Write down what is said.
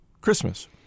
Christmas